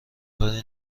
کاری